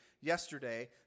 yesterday